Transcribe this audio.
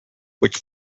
which